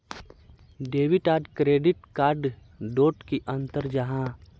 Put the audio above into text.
Debit आर credit card डोट की अंतर जाहा?